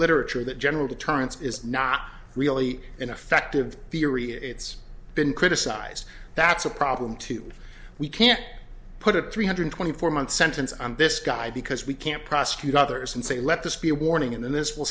literature that general deterrence is not really an effective theory it's been criticized that's a problem too we can't put a three hundred twenty four month sentence on this guy because we can't prosecute others and say let this be a warning and then this will